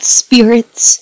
spirits